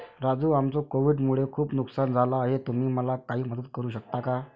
राजू आमचं कोविड मुळे खूप नुकसान झालं आहे तुम्ही मला काही मदत करू शकता का?